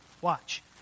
Watch